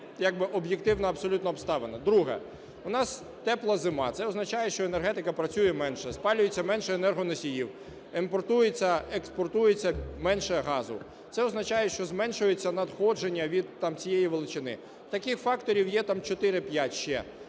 як би об’єктивна абсолютно обставина. Друге. У нас тепла зима. Це означає, що енергетика працює менше, спалюється менше енергоносіїв, імпортується, експортується менше газу. Це означає, що зменшуються надходження від цієї величини. Таких факторів є чотири-п'ять